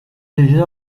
déjà